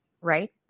right